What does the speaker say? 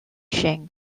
shing